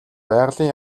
байгалийн